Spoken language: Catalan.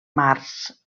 mars